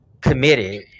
committed